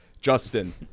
Justin